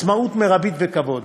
בעצמאות מרבית ובכבוד,